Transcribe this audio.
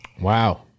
Wow